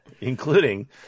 Including